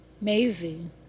Amazing